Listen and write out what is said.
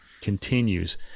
continues